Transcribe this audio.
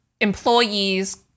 employees